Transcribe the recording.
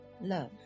love